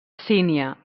sínia